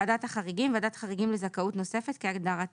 "ועדת החריגים" ועדת החריגים לזכאות נוספת כהגדרתה